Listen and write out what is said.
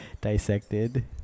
dissected